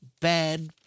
bad